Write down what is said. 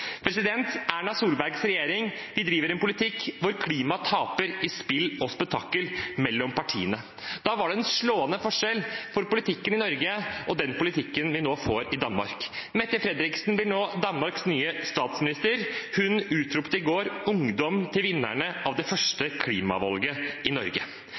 Erna Solbergs regjering driver en politikk der klimaet taper i spill og spetakkel mellom partiene. Det er en slående forskjell på politikken i Norge og den politikken man nå får i Danmark. Mette Frederiksen blir nå Danmarks nye statsminister. Hun utropte i går ungdom til vinnerne av det første klimavalget. Norge